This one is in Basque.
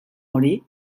hori